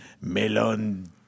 melon